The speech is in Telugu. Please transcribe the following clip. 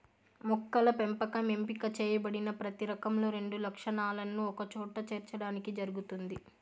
మొక్కల పెంపకం ఎంపిక చేయబడిన ప్రతి రకంలో రెండు లక్షణాలను ఒకచోట చేర్చడానికి జరుగుతుంది